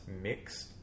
mixed